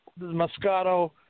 Moscato